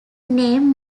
name